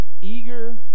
Eager